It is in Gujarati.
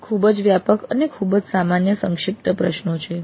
આ ખૂબ જ વ્યાપક અને ખૂબ જ સામાન્ય સંક્ષિપ્ત પ્રશ્નો છે